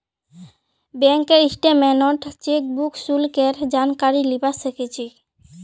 बैंकेर स्टेटमेन्टत चेकबुक शुल्केर जानकारी लीबा सक छी